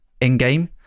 in-game